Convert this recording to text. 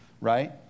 right